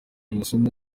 amasomo